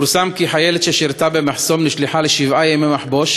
פורסם כי חיילת ששירתה במחסום נשלחה לשבעה ימי מחבוש